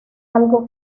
algo